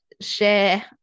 share